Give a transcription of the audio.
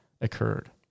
occurred